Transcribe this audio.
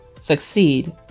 Succeed